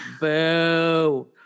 Boo